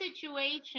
situation